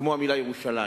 כמו המלה "ירושלים".